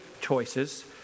choices